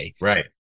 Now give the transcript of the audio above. Right